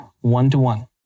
one-to-one